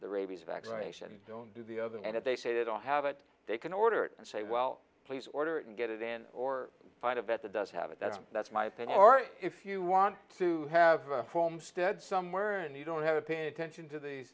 the rabies vaccination don't do the other and if they say they don't have it they can order it and say well please order it and get it in or find a vet the does have is that that's my thing or if you want to have a homestead somewhere and you don't have a pin attention to these